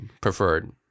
preferred